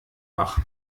wach